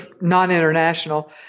non-international